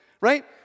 right